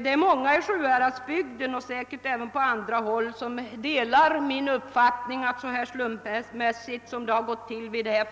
Det är många i Sjuhäradsbygden och säkert även på andra håll som delar min uppfattning att det inte bör få gå till så här.